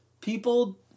people